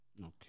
Okay